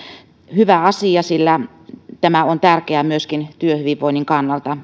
hyvä asia sillä lomaoikeus on tärkeä myöskin työhyvinvoinnin kannalta